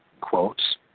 quotes